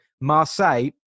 Marseille